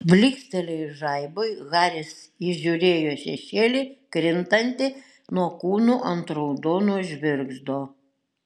blykstelėjus žaibui haris įžiūrėjo šešėlį krintantį nuo kūnų ant raudono žvirgždo